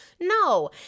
No